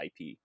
IP